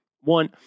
one